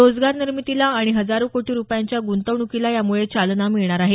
रोजगार निर्मितीला आणि हजारो कोटी रुपयांच्या ग्रंतवणूकीला चालना मिळणार आहे